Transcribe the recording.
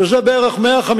שזה בערך 150